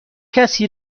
کسی